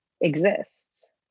exists